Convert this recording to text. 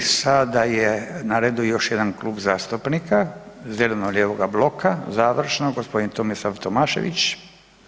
I sada je na redu još jedan Klub zastupnika zeleno-lijevoga bloka, završno, g. Tomislav Tomašević.